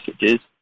messages